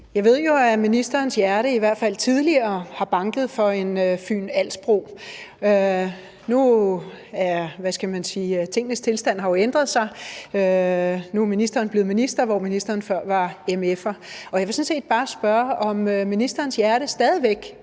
Jeg ved jo, at ministerens hjerte i hvert fald tidligere har banket for en Fyn-Als-bro. Tingenes tilstand har jo ændret sig, og nu er ministeren blevet minister, mens ministeren før var mf'er. Jeg vil sådan set bare spørge, om ministerens hjerte stadig væk